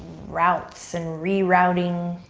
routes and reroutings